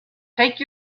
take